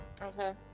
Okay